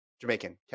Jamaican